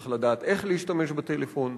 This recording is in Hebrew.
צריך לדעת איך להשתמש בטלפון.